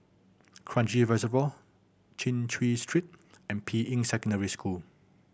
Kranji Reservoir Chin Chew Street and Ping Yi Secondary School